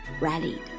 rallied